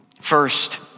first